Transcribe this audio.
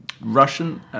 Russian